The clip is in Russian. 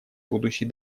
будущий